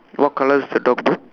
what colour is the dog blue